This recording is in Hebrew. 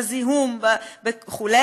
בזיהום וכו',